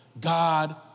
God